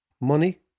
money